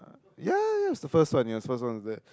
ya ya ya it's the first one ya first one was that